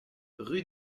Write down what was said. rue